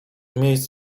miejsc